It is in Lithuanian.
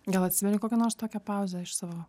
gal atsimeni kokią nors tokią pauzę iš savo